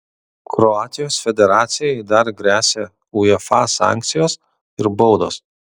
kroatijos federacijai dar gresia uefa sankcijos ir baudos